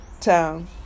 town